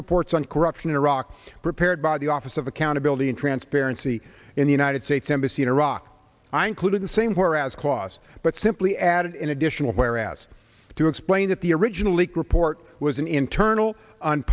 reports on corruption in iraq prepared by the office of accountability and transparency in the united states embassy in iraq i included the same whereas clause but simply added an additional where asked to explain that the original leak report was an internal